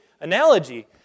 analogy